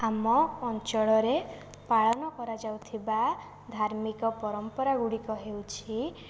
ଆମ ଅଞ୍ଚଳରେ ପାଳନ କରାଯାଉଥିବା ଧାର୍ମିକ ପରମ୍ପରା ଗୁଡ଼ିକ ହେଉଛି